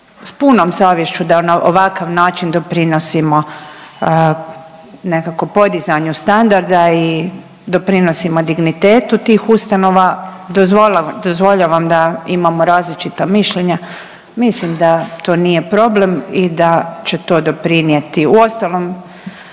s punom savješću da na ovakav način doprinosimo nekako podizanju standarda i doprinosimo dignitetu tih ustanova. Dozvoljavam da imamo različita mišljenja. Mislim da to nije problem i da će to doprinijeti, uostalom